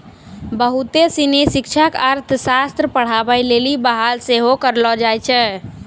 बहुते सिनी शिक्षक अर्थशास्त्र पढ़ाबै लेली बहाल सेहो करलो जाय छै